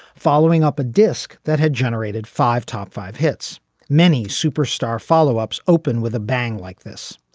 following up a disc that had generated five top five hits many superstar follow ups opened with a bang like this.